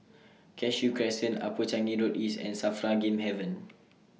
Cashew Crescent Upper Changi Road East and SAFRA Game Haven